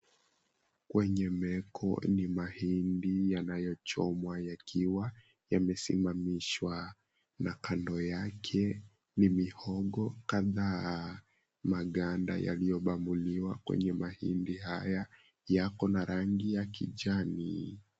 Kwenye meko ni mahindi yanayochomwa yakiwa yamesimamishwa na kando yake ni mihogo kadhaa. Maganda yaliyobamuliwa kwenye mahindi haya yako na rangi ya kijani.